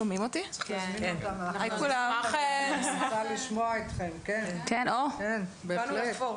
נשמח לשמוע אתכם, באמת.